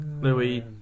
Louis